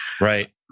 Right